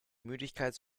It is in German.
müdigkeit